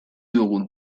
dugun